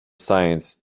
science